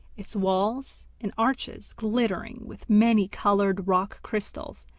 its walls and arches glittering with many-coloured rock-crystals,